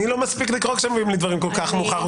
אני לא מספיק לקרוא כשמביאים לי דברים כל כך מאוחר.